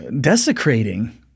desecrating